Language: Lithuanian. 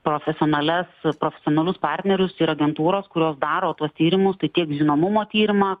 profesionalias profesionalius partnerius agentūros kurios daro tuos tyrimus tai tiek žinomumo tyrimą